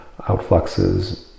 outfluxes